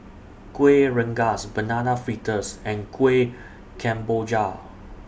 Kueh Rengas Banana Fritters and Kuih Kemboja